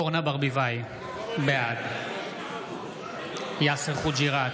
אורנה ברביבאי, בעד יאסר חוג'יראת,